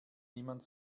niemand